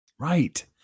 Right